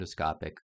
endoscopic